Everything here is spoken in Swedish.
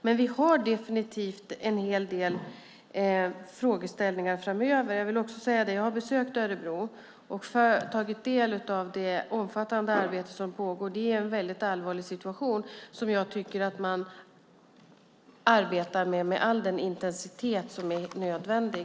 Men vi har definitivt en hel del frågeställningar framöver. Jag vill också säga att jag har besökt Örebro och tagit del av det omfattande arbete som pågår där. Det är en väldigt allvarlig situation där jag tycker att man arbetar med all den intensitet som är nödvändig.